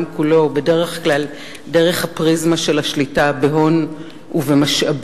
כולו בדרך כלל דרך הפריזמה של השליטה בהון ובמשאבים.